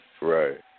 Right